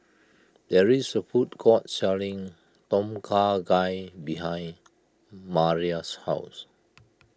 there is a food court selling Tom Kha Gai behind Maria's house